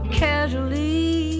casually